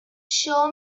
show